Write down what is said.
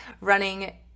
running